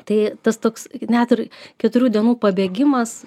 tai tas toks net ir keturių dienų pabėgimas